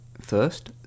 First